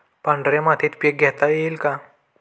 पांढऱ्या मातीत पीक घेता येईल का?